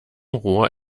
rohr